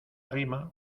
arrima